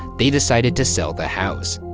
they decided to sell the house.